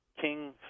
King